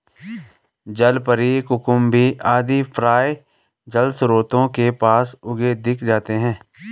जलपरी, कुकुम्भी आदि प्रायः जलस्रोतों के पास उगे दिख जाते हैं